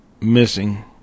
missing